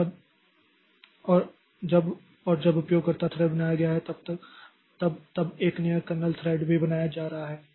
तो जब और जब उपयोगकर्ता थ्रेड बनाया गया है तब तब एक कर्नेल थ्रेड भी बनाया जा रहा है